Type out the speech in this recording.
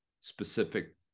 specific